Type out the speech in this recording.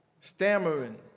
stammering